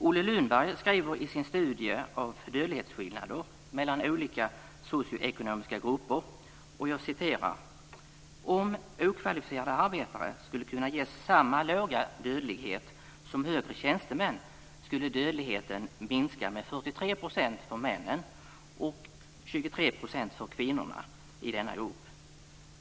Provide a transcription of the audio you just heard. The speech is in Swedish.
Olle Lundberg skriver i sin studie av dödlighetsskillnader mellan olika socioekonomiska grupper: Om okvalificerade arbetare skulle kunna ges samma låga dödlighet som högre tjänstemän skulle dödligheten minska med 43 % för männen och 23 % för kvinnorna i denna grupp.